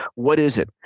what is it?